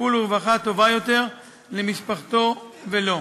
טיפול ורווחה טובה יותר למשפחתו ולו.